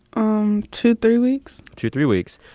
um two, three weeks two, three weeks.